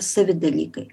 savi dalykai